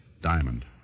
Diamond